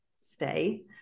stay